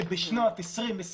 שבשנת 2020,